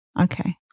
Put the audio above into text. Okay